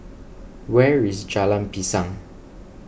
where is Jalan Pisang